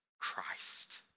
Christ